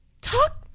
talk